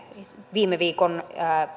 viime viikon